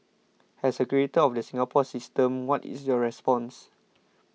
as a creator of the Singapore system what is your response